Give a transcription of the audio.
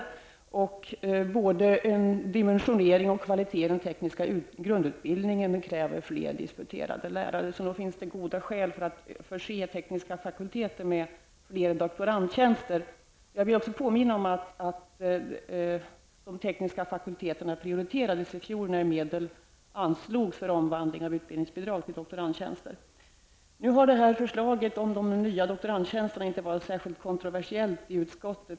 Dessutom kräver både dimensionering och kvalitet i den tekniska grundutbildningen fler disputerade lärare. Så nog finns det goda skäl att förse de tekniska fakulteterna med fler doktorandtjänster. Jag vill då också påminna om att de tekniska fakulteterna prioriterades i fjol, när medel anslogs för omvandling av utbildningsbidrag till doktorandtjänster. Nu har förslaget om de nya doktorandtjänsterna inte varit särskilt kontroversiellt i utskottet.